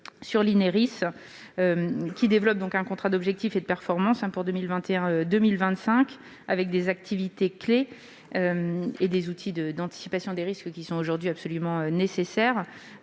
des risques, qui développe un contrat d'objectifs et de performance pour 2021-2025, avec des activités clés et des outils d'anticipation des risques qui sont aujourd'hui absolument nécessaires.